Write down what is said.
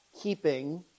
keeping